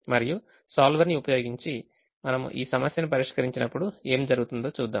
మరియు సోల్వర్ ని ఉపయోగించి మనము ఈ సమస్యను పరిష్కరించినప్పుడు ఏమి జరుగుతుందో చూద్దాము